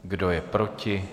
Kdo je proti?